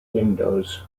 windows